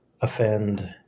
offend